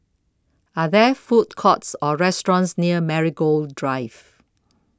Are There Food Courts Or restaurants near Marigold Drive